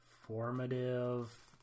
formative